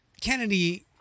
Kennedy